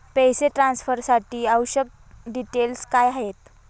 पैसे ट्रान्सफरसाठी आवश्यक डिटेल्स काय आहेत?